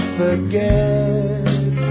forget